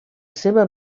seva